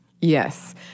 Yes